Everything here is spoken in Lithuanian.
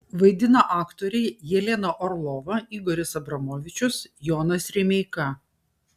vaidina aktoriai jelena orlova igoris abramovičius jonas rimeika